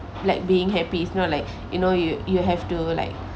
like being happy it's not like you know you you have to like